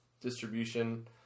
distribution